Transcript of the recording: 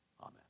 Amen